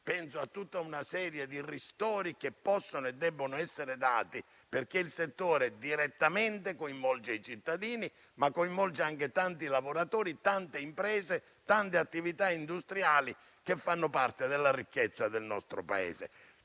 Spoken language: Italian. penso a tutta una serie di ristori che possono e debbono essere dati, perché il settore coinvolge direttamente i cittadini, ma anche tanti lavoratori, tante imprese e tante attività industriali che fanno parte della ricchezza del nostro Paese.